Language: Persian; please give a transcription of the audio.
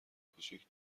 کوچیک